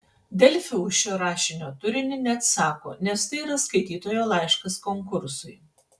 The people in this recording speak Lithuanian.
delfi už šio rašinio turinį neatsako nes tai yra skaitytojo laiškas konkursui